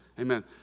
Amen